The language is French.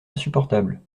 insupportable